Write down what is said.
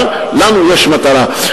אבל לנו יש מטרה,